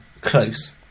close